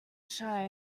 shines